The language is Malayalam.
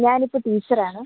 ഞാൻ ഇപ്പം ടീച്ചറാണ്